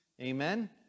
amen